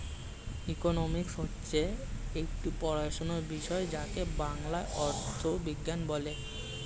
economics হচ্ছে একটি পড়াশোনার বিষয় যাকে বাংলায় অর্থবিজ্ঞান বলে